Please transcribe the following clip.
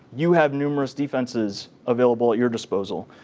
you have numerous defenses available at your disposal.